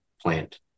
plant